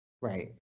Right